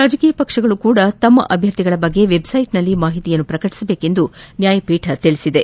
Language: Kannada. ರಾಜಕೀಯ ಪಕ್ಷಗಳು ಸಹ ತಮ್ ಅಭ್ಯರ್ಥಿಗಳ ಬಗ್ಗೆ ವೆಬ್ಸೈಟ್ನಲ್ಲಿ ಮಾಹಿತಿ ಪ್ರಕಟಿಸಬೇಕು ಎಂದು ನ್ನಾಯಪೀಠ ಹೇಳಿದೆ